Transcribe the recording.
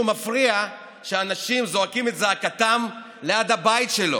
מפריע שהאנשים זועקים את צעקתם ליד הבית שלו.